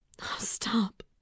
stop